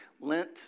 Lent